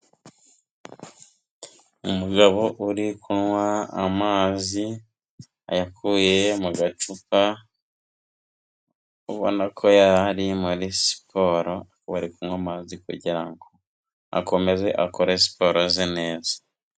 Umugabo uri kunywa amazi ayakuye mu gacupa, ubona ko yarari muri siporo akaba ari kunywa amazi kugira ngo akomeze akore siporo ze neza.